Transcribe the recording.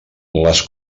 les